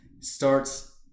starts